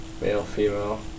male-female